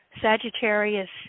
Sagittarius